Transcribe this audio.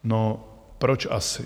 No proč asi?